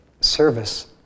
service